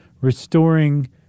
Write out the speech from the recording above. restoring